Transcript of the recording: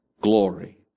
glory